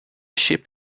ship